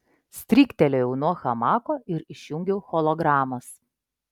stryktelėjau nuo hamako ir išjungiau hologramas